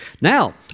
Now